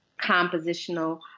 compositional